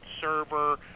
server